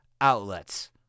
outlets